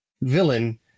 villain